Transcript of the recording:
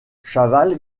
chaval